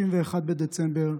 31 בדצמבר,